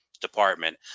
department